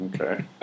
Okay